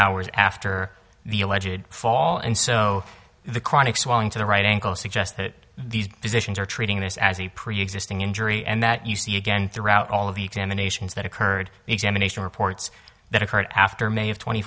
hours after the alleged fall and so the chronic swelling to the right ankle suggest that these physicians are treating this as a preexisting injury and that you see again throughout all of the examinations that occurred the examination reports that occurred after may have twenty